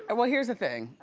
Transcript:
and well here's the thing.